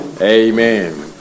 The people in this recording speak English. amen